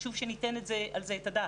חשוב שניתן על זה את הדעת.